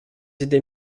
idées